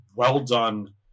well-done